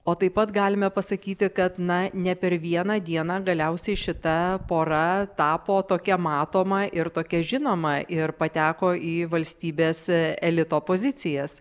o taip pat galime pasakyti kad na ne per vieną dieną galiausiai šita pora tapo tokia matoma ir tokia žinoma ir pateko į valstybės elito pozicijas